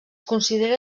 considera